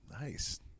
Nice